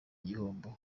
gihombo